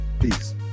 Peace